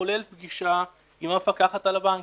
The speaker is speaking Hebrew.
כולל פגישה עם המפקחת על הבנקים,